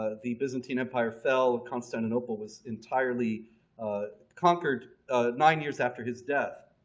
ah the byzantine empire fell. constantinople was entirely conquered nine years after his death.